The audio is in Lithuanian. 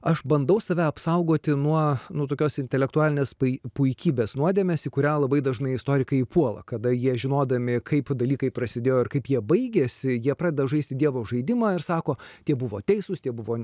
aš bandau save apsaugoti nuo nuo tokios intelektualinės pui puikybės nuodėmės į kurią labai dažnai istorikai puola kada jie žinodami kaip dalykai prasidėjo ir kaip jie baigėsi jie pradeda žaisti dievo žaidimą ir sako tie buvo teisūs tie buvo